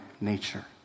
nature